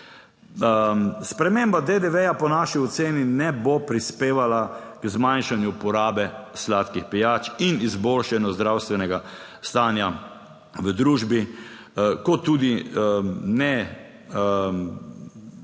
Sprememba DDV po naši oceni ne bo prispevala k zmanjšanju porabe sladkih pijač in izboljšanju zdravstvenega stanja v družbi, kot tudi ne